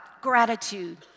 gratitude